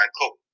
cool